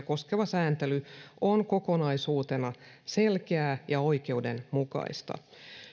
koskeva sääntely on kokonaisuutena selkeää ja oikeudenmukaista